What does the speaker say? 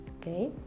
Okay